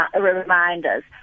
reminders